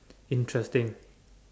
interesting